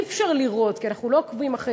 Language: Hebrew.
אי-אפשר לראות כי אנחנו לא עוקבים אחרי